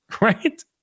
right